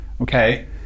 Okay